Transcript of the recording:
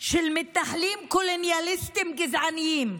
של מתנחלים קולוניאליסטים גזענים,